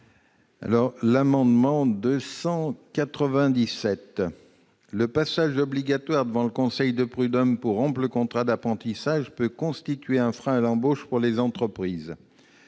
la commission ? Le passage obligatoire devant le conseil de prud'hommes pour rompre le contrat d'apprentissage peut constituer un frein à l'embauche pour les entreprises.